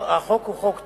החוק הוא חוק טוב,